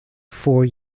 four